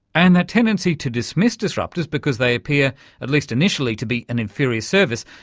and that tendency to dismiss disruptors because they appear at least initially to be an inferior service,